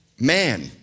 Man